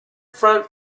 front